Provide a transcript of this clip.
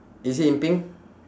is it in pink